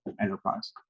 enterprise